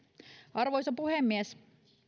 arvoisa puhemies